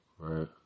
Right